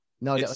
No